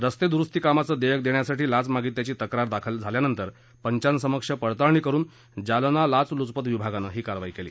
रस्ते दुरुस्ती कामाचं देयक देण्यासाठी लाच मागितल्याची तक्रार दाखल झाल्यानंतर पंचांसमक्ष पडताळणी करून जालना लाचलूचपत विभागानं ही कारवाई केली